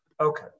Okay